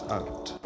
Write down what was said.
out